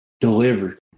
delivered